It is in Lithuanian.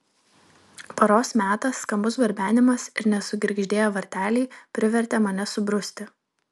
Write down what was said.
paros metas skambus barbenimas ir nesugirgždėję varteliai privertė mane subruzti